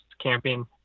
Camping